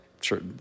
Sure